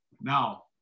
Now